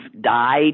died